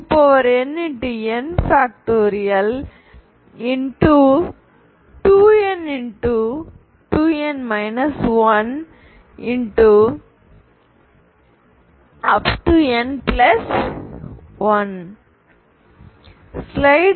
2n2n 1